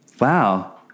Wow